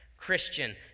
Christian